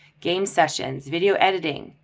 game sessions, video editing,